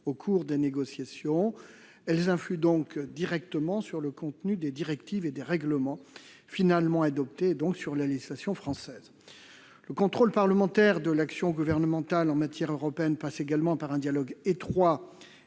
au cours des négociations. Elles influent donc directement sur le contenu des directives et des règlements finalement adoptés, et par conséquent sur la législation française. Le contrôle parlementaire de l'action gouvernementale en matière européenne passe également par un dialogue étroit